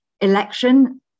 election